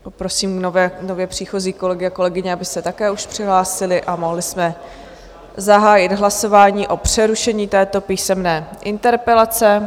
Poprosím nově příchozí kolegy a kolegyně, aby se také už přihlásili, a mohli jsme zahájit hlasování o přerušení této písemné interpelace.